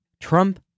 Trump